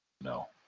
No